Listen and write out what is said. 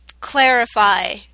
clarify